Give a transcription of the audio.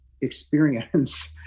experience